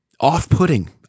Off-putting